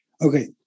Okay